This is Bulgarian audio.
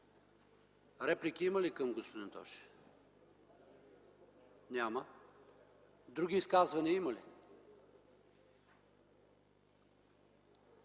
Реплики има ли към господин Тошев? Няма. Други изказвания има ли?